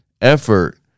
Effort